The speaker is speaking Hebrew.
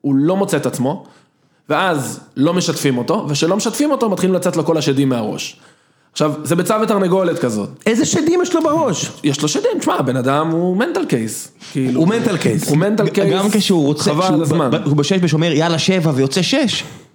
הוא לא מוצא את עצמו, ואז לא משתפים אותו, וכשלא משתפים אותו, מתחילים לצאת לו כל השדים מהראש. עכשיו, זה ביצה ותרנגולת כזאת. איזה שדים יש לו בראש? יש לו שדים, תשמע, הבן אדם הוא מנטל קייס. כאילו... הוא מנטל קייס. הוא מנטל קייס. גם כשהוא רוצה, כשהוא בשש בש אומר, יאללה, שבע, ויוצא שש.